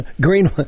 Green